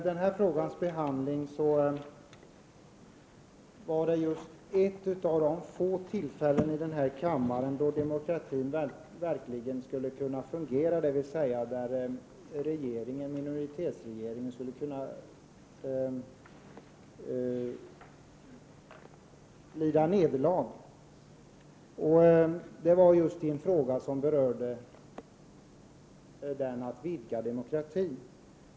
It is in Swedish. Herr talman! Behandlingen av denna fråga var ett av de få tillfällen i denna kammare då demokratin verkligen hade kunnat fungera, dvs. minoritetsregeringen skulle ha kunnat lida nederlag. Det var just i en fråga som handlade om att vidga demokratin.